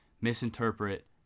misinterpret